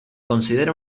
considera